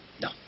No